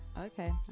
okay